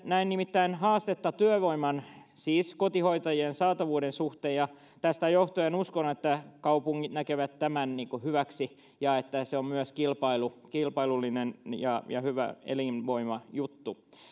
näen nimittäin haastetta työvoiman siis kotihoitajien saatavuuden suhteen ja tästä johtuen uskon että kaupungit näkevät tämän hyväksi ja että se on myös kilpailullinen juttu ja hyvä juttu elinvoimalle